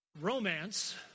Romance